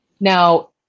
Now